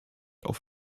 auf